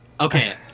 okay